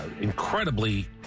incredibly